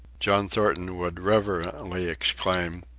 john thornton would reverently exclaim,